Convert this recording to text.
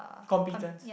competence